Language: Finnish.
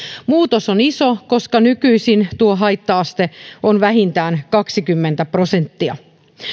muutos on iso koska nykyisin tuo haitta aste on vähintään kaksikymmentä prosenttia